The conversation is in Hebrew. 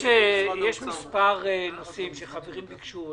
ישנם מספר נושאים שחברים ביקשו.